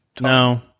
No